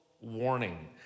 warning